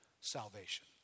salvation